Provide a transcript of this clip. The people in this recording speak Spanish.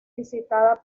visitada